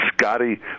Scotty